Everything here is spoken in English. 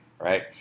Right